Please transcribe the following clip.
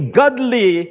godly